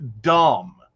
dumb